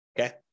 okay